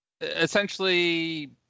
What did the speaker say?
essentially